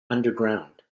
underground